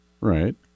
Right